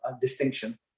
distinction